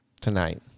tonight